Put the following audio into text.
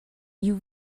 you